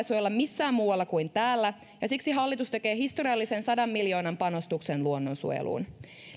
suojella missään muualla kuin täällä ja siksi hallitus tekee historiallisen sadan miljoonan panostuksen luonnonsuojeluun